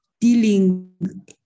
dealing